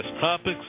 topics